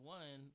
one